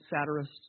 satirist